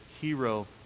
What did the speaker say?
hero